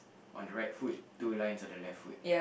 on the right foot two lines on the left foot